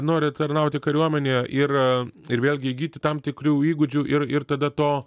nori tarnauti kariuomenėje ir ir vėlgi įgyti tam tikrių įgūdžių ir ir tada to